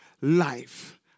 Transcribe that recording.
life